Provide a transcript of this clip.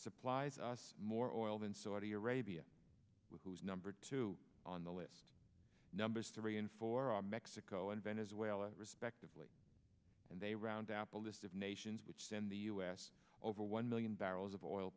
supplies us more oil than saudi arabia who's number two on the list numbers three and four are mexico and venezuela respectively and they round up a list of nations which send the u s over one million barrels of oil